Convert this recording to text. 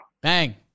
Bang